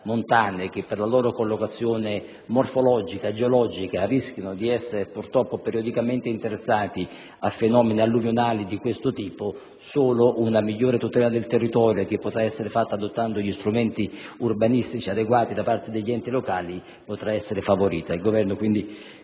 che per loro collocazione morfologica e geologica rischiano di essere purtroppo periodicamente interessate da fenomeni alluvionali di questo tipo solo una migliore tutela del territorio, che potrà essere perseguita adottando gli strumenti urbanistici adeguati da parte degli enti locali, potrà essere favorita. Il Governo, quindi,